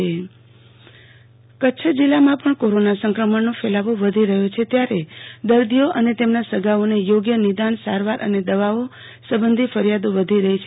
આરતી ભટ જિલ્લા તાલુકા કંટ્રોલરૂમ કચ્છ જિલ્લામાં પણ કોરોના સંકમિણનો ફલાવો વધી રહયો છે ત્યાર દર્દીઓ અને તેમના સગ ાઓને યોગ્ય નિદાન સારવાર અને દવાઓ સંબંધિ ફરીયાદો વધી રહી છે